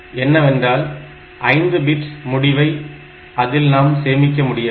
என்னவென்றால் 5 பிட் முடிவை அதில் நாம் சேமிக்க முடியாது